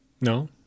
No